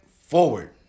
forward